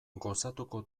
gozatuko